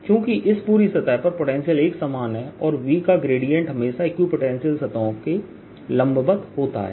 चूंकि इस पूरी सतह पर पोटेंशियल एकसमान है और V का ग्रेडियंट∇V हमेशा इक्विपोटेंशियल सतहों के लंबवत होता है